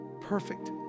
perfect